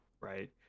right